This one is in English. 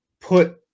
put